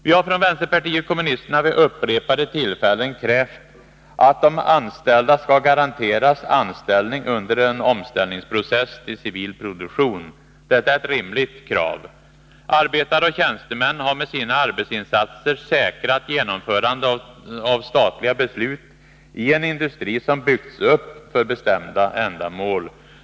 Vi har från vänsterpartiet kommunisterna vid upprepade tillfällen krävt att de anställda skall garanteras anställning under en omställningsprocess till civil produktion. Detta är ett rimligt krav. Arbetare och tjänstemän har med sina arbetsinsatser säkrat genomförandet av statliga beslut i en industri som byggts upp för bestämda ändamål.